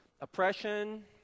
oppression